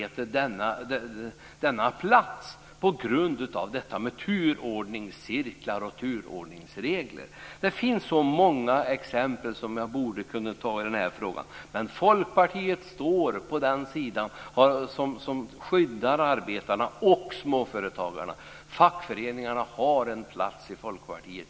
Så kan turordningsregler slå. Jag skulle kunna ge många exempel i det här sammanhanget. Folkpartiet står upp till skydd för arbetarna och småföretagarna. Ja, fackföreningarna har en plats i Folkpartiet.